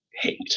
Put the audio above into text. hate